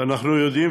אנחנו יודעים,